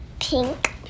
Pink